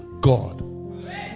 God